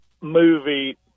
movie